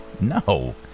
No